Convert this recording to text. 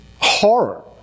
horror